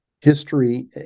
History